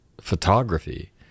photography